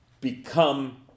become